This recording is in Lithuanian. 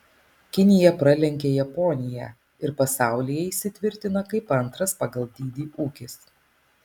kinija pralenkia japoniją ir pasaulyje įsitvirtina kaip antras pagal dydį ūkis